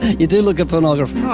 you do look at pornography? no. i